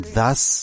thus